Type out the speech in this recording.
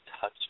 touch